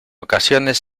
ocasiones